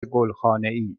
گلخانهای